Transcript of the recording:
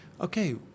Okay